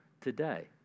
today